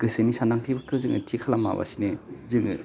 गोसोनि सानदांथिफोरखौ जोङो थि खालामाबासिनो जोङो